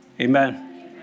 Amen